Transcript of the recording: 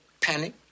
panic